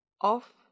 off